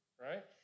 Right